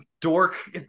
dork